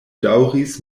daŭris